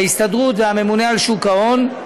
ההסתדרות והממונה על שוק ההון.